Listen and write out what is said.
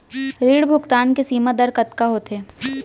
ऋण भुगतान के सीमा दर कतका होथे?